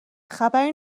خبری